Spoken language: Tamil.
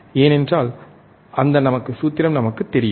ஏனென்றால் அந்த நமக்கு சூத்திரம் நமக்கு தெரியும்